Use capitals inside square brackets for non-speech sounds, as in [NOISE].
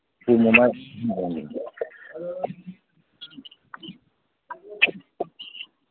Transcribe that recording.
ꯎꯄꯨ ꯃꯃꯥꯏ [UNINTELLIGIBLE]